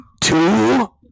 Two